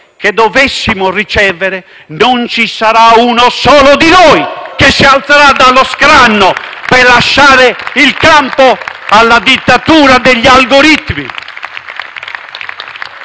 che dovessimo ricevere, non ci sarà uno solo di noi che si alzerà dallo scranno per lasciare il campo alla dittatura degli algoritmi.